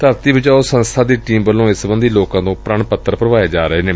ਧਰਤੀ ਬਚਾਓ ਸੰਸਬਾ ਦੀ ਟੀਮ ਵੱਲੋ ਇਸ ਸਬੰਧੀ ਲੋਕਾਂ ਤੋ ਪ੍ਰਣ ਪੱਤਰ ਭਰਵਾਏ ਜਾ ਰਹੇ ਨੇ